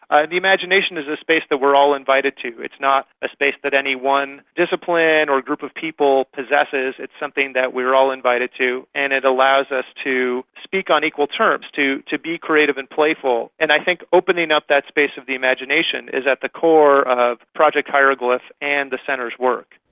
the imagination is a space that we are all invited to, it's not a space that any one discipline or group of people possesses, it's something that we are all invited to, and it allows us to speak on equal terms, to to be creative and playful. and i think opening up that space of the imagination is at the core of project hieroglyph and the centre's work.